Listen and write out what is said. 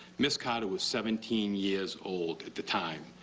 ms. carter was seventeen years old at the time.